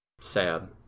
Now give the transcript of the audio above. Sad